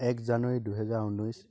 এক জানুৱাৰী দুহেজাৰ ঊনৈছ